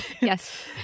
Yes